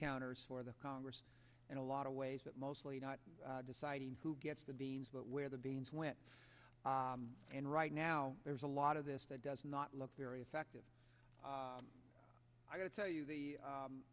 counters for the congress and a lot of ways that mostly not deciding who gets the beans but where the beans went and right now there's a lot of this that does not look very effective i tell you the